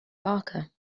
parker